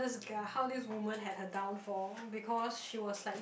this girl how this woman had her downfall because she was likely